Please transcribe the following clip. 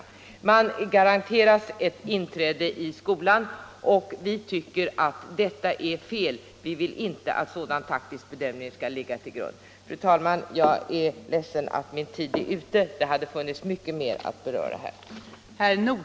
Därmed garanteras man inträde. Vi anser att detta är fel. Vi vill inte att en sådan taktisk bedömning skall ligga till grund för inträde. Fru talman! Jag är ledsen för att min tid nu är ute. Det hade funnits mycket mer att beröra här.